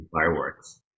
fireworks